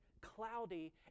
cloudy